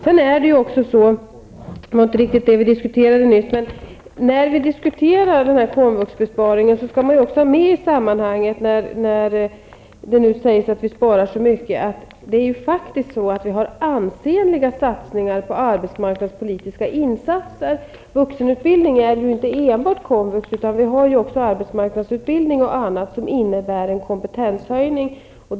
Det var inte riktigt detta vi diskuterade nyss, men när vi diskuterar komvuxbesparingen skall vi också ha med, när det nu sägs att vi sparar så mycket, att vi faktiskt gör ansenliga satsningar på det arbetsmarknadspolitiska området. Vuxenutbildning är inte enbart komvux. Vi har också arbetsmarknadsutbildning och annat som innebär en kompetenshöjning.